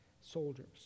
soldiers